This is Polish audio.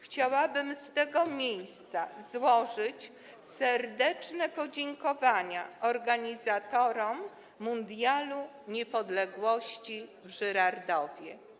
Chciałabym z tego miejsca złożyć serdeczne podziękowania organizatorom Mundialu Niepodległości w Żyrardowie.